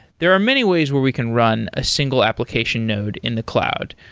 there are many ways where we can run a single application node in the cloud.